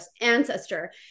ancestor